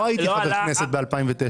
לא הייתי חבר כנסת ב-2009.